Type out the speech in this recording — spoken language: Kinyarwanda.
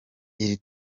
iri